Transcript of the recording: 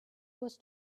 was